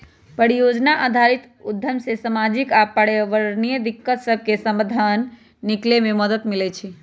परिजोजना आधारित उद्यम से सामाजिक आऽ पर्यावरणीय दिक्कत सभके समाधान निकले में मदद मिलइ छइ